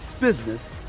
business